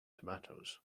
tomatoes